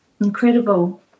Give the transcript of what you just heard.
incredible